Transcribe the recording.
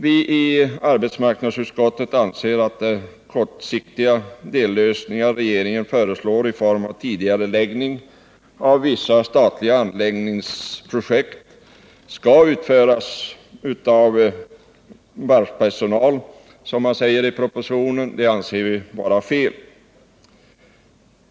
Vi i arbetsmarknadsutskottet anser det vara felaktigt att de kortsiktiga dellösningar, som regeringen föreslår i form av tidigareläggning av vissa statliga anläggningsprojekt, skall genomföras med i första hand övertalig varvspersonal.